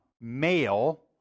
male